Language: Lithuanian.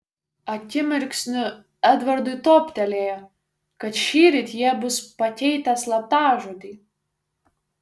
akimirksniu edvardui toptelėjo kad šįryt jie bus pakeitę slaptažodį